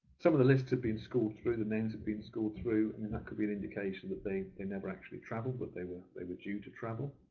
some of the lists have been scored through, the names have been scored through, and that and could be an indication that they they never actually travelled but they were they were due to travel.